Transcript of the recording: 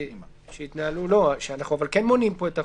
אבל אנחנו מונים פה את החוקים.